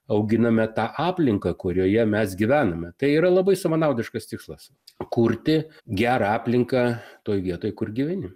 auginame tą aplinką kurioje mes gyvename tai yra labai savanaudiškas tikslas kurti gerą aplinką toj vietoj kur gyveni